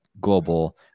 global